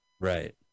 right